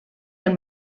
del